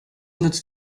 nutzt